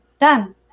Done